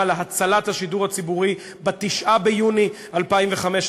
להצלת השידור הציבורי ב-9 ביוני 2015,